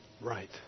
right